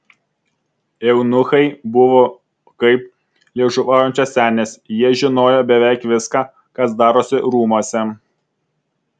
eunuchai buvo kaip liežuvaujančios senės jie žinojo beveik viską kas darosi rūmuose